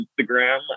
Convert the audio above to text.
Instagram